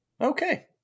Okay